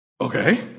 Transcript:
Okay